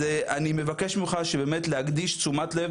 אני מבקש ממך שבאמת להקדיש תשומת לב